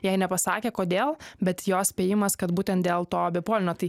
jai nepasakė kodėl bet jos spėjimas kad būtent dėl to bipolinio tai